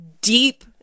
deep